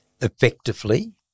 effectively